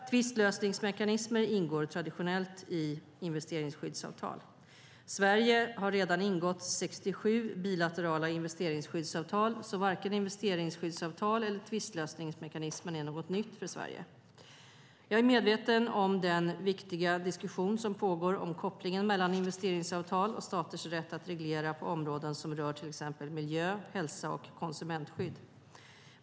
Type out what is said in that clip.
Tvistlösningsmekanismer ingår traditionellt i investeringsskyddsavtal. Sverige har redan ingått 67 bilaterala investeringsskyddsavtal, så varken investeringsskyddsavtal eller tvistlösningsmekanismer är något nytt för Sverige. Jag är medveten om den viktiga diskussion som pågår om kopplingen mellan investeringsavtal och staters rätt att reglera på områden som rör till exempel miljö, hälsa och konsumentskydd.